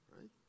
right